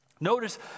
Notice